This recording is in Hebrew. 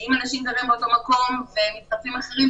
שאם אנשים גרים באותו מקום ומצטרפים אחרים,